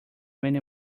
many